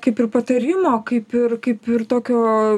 kaip ir patarimo kaip ir kaip ir tokio